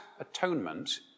atonement